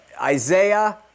Isaiah